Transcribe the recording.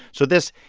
so this,